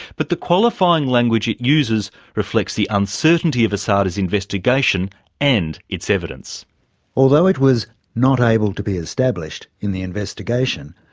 but the qualifying language it uses reflects the uncertainty of asada's investigation and its evidence although it was not able to be established in the investigation,